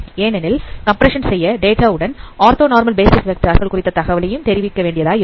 ஏனெனில் கம்பிரஸ் செய்யப்பட்ட டேட்டா உடன் ஆர்த்தோ நார்மல் பேசிஸ் வெக்டார் கள் குறித்த தகவலையும் தெரிவிக்க வேண்டியதாய் இருக்கும்